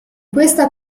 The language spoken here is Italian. questa